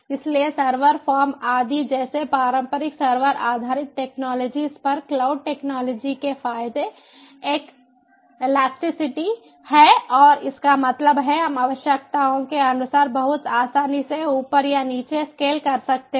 इसलिए server farm आदि जैसे पारंपरिक सर्वर आधारित टेक्नोलॉजीज पर क्लाउड टेक्नालजी के फायदे एक इलैस्टिसिटी है और इसका मतलब है हम आवश्यकताओं के अनुसार बहुत आसानी से ऊपर या नीचे स्केल कर सकते हैं